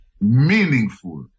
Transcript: meaningful